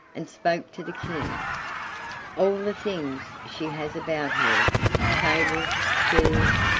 and spoke to the king all the things she has about her tables, chairs,